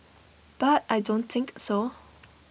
but I don't think so